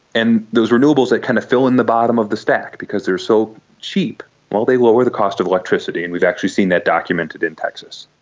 and those renewables that kind of fill in the bottom of the stack because they are so cheap, well, they lower the cost of electricity and we've actually seen that documented in texas.